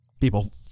People